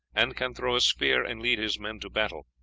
and can throw a spear and lead his men to battle.